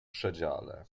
przedziale